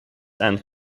and